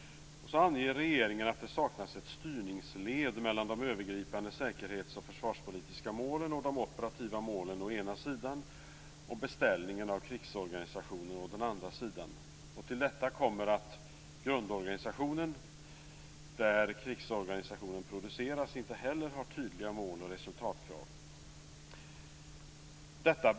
Regeringen anför att det saknas ett styrningsled mellan de övergripande säkerhets och försvarspolitiska målen och de operativa målen å ena sidan och beställning av krigsorganisationen å den andra sidan. Till detta kommer att grundorganisationen, där krigsorganisationen produceras, inte heller har tydliga mål och resultatkrav.